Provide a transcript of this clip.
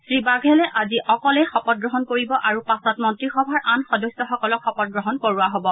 শ্ৰীবাঘেলে আজি অকলেই শপত গ্ৰহণ কৰিব আৰু পাছত মন্ত্ৰীসভাৰ আন সদস্যসকলক শপত গ্ৰহণ কৰোৱা হব